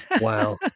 wow